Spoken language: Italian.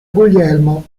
guglielmo